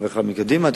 חברך מקדימה.